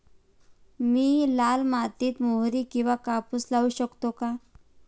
मी लाल मातीत मोहरी किंवा कापूस लावू शकतो का?